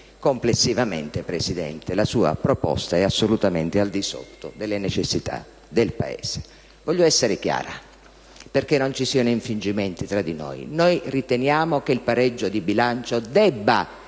Complessivamente, Presidente, la sua proposta è assolutamente al di sotto delle necessità del Paese. Voglio essere chiara, perché non ci siano infingimenti tra di noi: noi riteniamo che il pareggio di bilancio debba